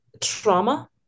trauma